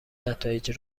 نتایج